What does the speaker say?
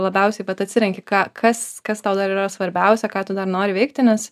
labiausiai bet atsirenki ką kas kas tau dar yra svarbiausia ką tu dar nori veikti nes